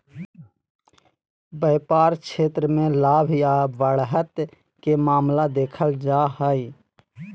व्यापार क्षेत्र मे लाभ या बढ़त के मामला देखल जा हय